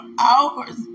hours